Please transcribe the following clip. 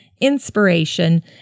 Inspiration